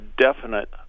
definite